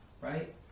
Right